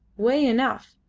way enough!